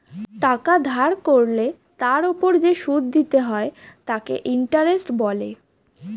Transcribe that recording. টাকা ধার করলে তার ওপর যে সুদ দিতে হয় তাকে ইন্টারেস্ট বলে